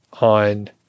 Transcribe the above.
on